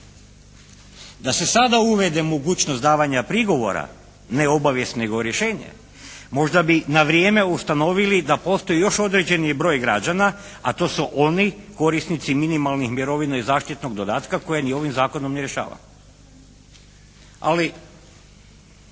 Da se sada uvede mogućnost davanja prigovora ne obavijest nego rješenje, možda bi na vrijeme ustanovili da postoji još određeni broj građana, a to su oni korisnici minimalnih mirovina i zaštitnog dodatka koje ni ovim zakonom ne rješava. Ali